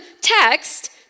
text